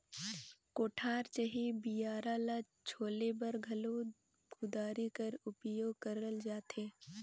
कोठार चहे बियारा ल छोले बर घलो कुदारी कर उपियोग करल जाथे